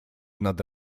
nad